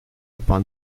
upon